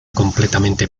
completamente